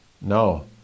no